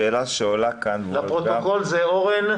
מבחני התמיכה הם אלה שקובעים כללים עבור הגופים השונים